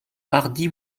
hardi